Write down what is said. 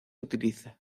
utiliza